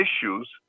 issues